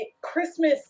Christmas